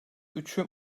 üçü